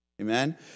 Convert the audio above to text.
Amen